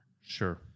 Sure